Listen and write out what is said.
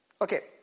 Okay